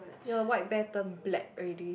your white bear turn black already